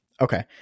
Okay